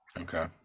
Okay